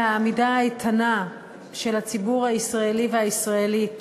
מהעמידה האיתנה של הציבור הישראלי והישראלית,